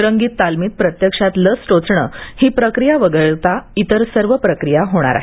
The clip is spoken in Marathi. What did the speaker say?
रंगीत तालमीत प्रत्यक्षात लस टोचणे ही प्रक्रिया वगळता इतर सर्व प्रक्रिया होणार आहे